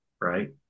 right